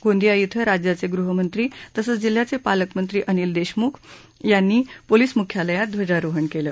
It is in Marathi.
गोंदिया इथं राज्याचे गृहमंत्री तसंच जिल्ह्याचे पालकमंत्री अनिल देशमुख यांनी पोलिस मुख्यालयात ध्वजारोहण झालं